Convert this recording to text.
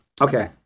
Okay